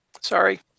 sorry